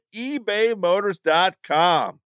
ebaymotors.com